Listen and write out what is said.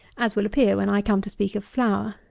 as will appear, when i come to speak of flour.